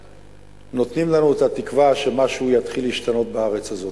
נותנים לנו את התקווה שמשהו יתחיל להשתנות בארץ הזאת.